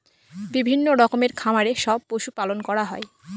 বিভিন্ন রকমের খামারে সব পশু পালন করা হয়